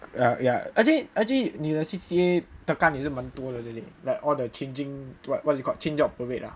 ya ya actually actually 你的 C_C_A tekan 也是满多的对不对 like all the changing what what is it called change out parade ah